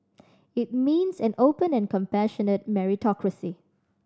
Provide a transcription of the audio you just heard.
it means an open and compassionate meritocracy